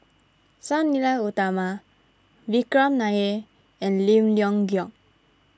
Sang Nila Utama Vikram Nair and Lim Leong Geok